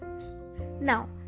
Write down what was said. Now